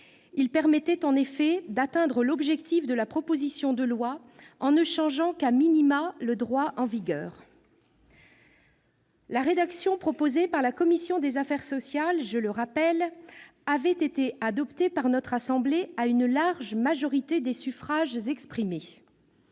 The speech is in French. Il permettait en effet d'atteindre l'objectif de la proposition de loi en changeant le droit en vigueur. La rédaction proposée par la commission des affaires sociales, je le rappelle, avait été adoptée par notre assemblée à une large majorité des suffrages exprimés.